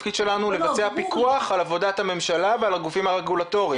התפקיד שלנו הוא לבצע פיקוח על עבודת הממשלה ועל הגופים הרגולטוריים.